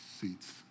seats